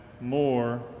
more